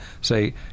say